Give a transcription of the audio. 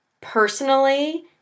Personally